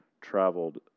traveled